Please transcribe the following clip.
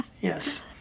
Yes